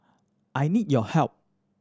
I need your help